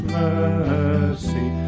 mercy